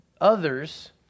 others